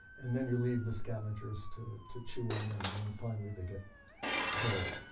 and then you leave the scavengers to to chew on them and then finally they get buried.